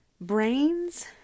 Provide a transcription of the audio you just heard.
brains